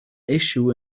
issue